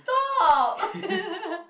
stop